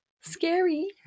Scary